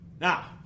Now